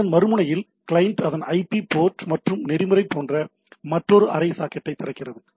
அதன் மறுமுனையில் கிளையண்ட் அதன் ஐபி போர்ட் மற்றும் நெறிமுறை போன்ற மற்றொரு அரை சாக்கெட்டைத் திறக்கிறது